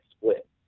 split